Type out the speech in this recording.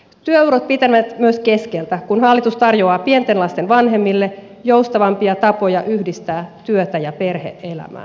työurat pitenevät myös keskeltä kun hallitus tarjoaa pienten lasten vanhemmille joustavampia tapoja yhdistää työtä ja perhe elämää